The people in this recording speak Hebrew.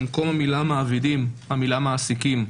במקום המילה מעבידים המילה מעסיקים.